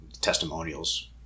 testimonials